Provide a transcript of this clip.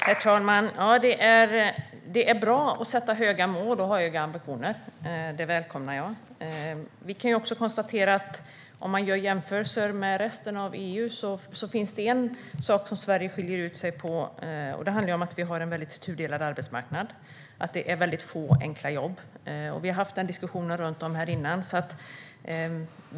Herr talman! Det är bra att sätta upp höga mål och ha höga ambitioner. Det välkomnar jag. Vi kan konstatera att om vi jämför med resten av EU finns det en sak där Sverige skiljer ut sig: Vi har en tudelad arbetsmarknad och väldigt få enkla jobb. Vi diskuterade detta här tidigare.